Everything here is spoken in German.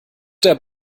der